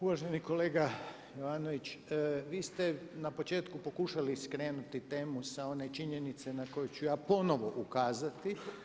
Uvaženi kolega Jovanović, vi ste na početku pokušali skrenuti temu sa one činjenice na koju ću ja ponovo ukazati.